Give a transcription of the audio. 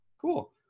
Cool